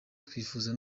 twifuza